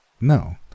No